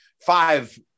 five